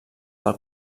del